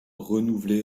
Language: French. renouvelé